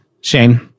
Shane